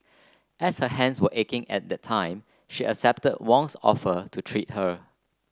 as her hands were aching at that time she accept Wong's offer to treat her